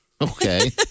Okay